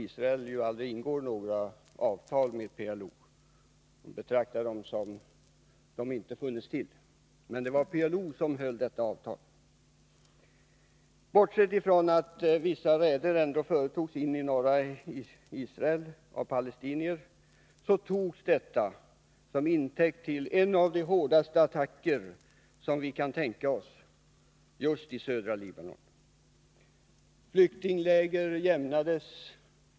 Israel ingår ju aldrig några avtal med PLO, utan betraktar organisationen som om den inte funnes till, men PLO höll detta avtal, bortsett från att vissa räder ändå företogs in i norra Israel av palestinier. Och detta togs som förevändning för en av de hårdaste attacker vi kan tänka oss just i södra Libanon.